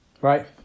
right